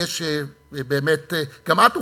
וגם את הופתעת,